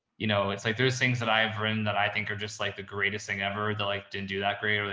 you know, it's like, there's things that i've written that i think are just like the greatest thing ever that like, didn't do that great. or they